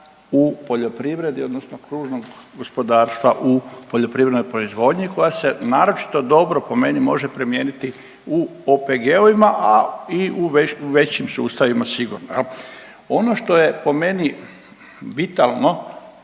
u poljoprivredi, odnosno kružnog gospodarstva u poljoprivrednoj proizvodnji koja se naročito dobro po meni može primijeniti u OPG-ovima, a i u većim sustavima sigurno. Ono što je po meni vitalno